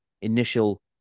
initial